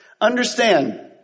understand